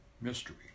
mystery